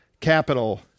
capital